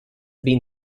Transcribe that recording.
been